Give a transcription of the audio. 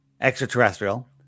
extraterrestrial